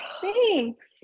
Thanks